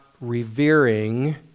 revering